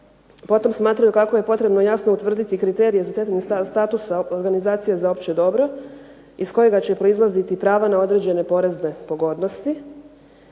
Potom smatram kako je potrebno jasno utvrditi kriterije za stjecanje statusa organizacija za opće dobro iz kojega će proizlaziti pravo na određene porezne pogodnosti.